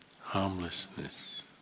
harmlessness